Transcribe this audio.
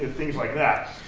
things like that.